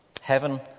Heaven